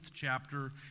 chapter